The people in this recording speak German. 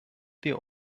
wir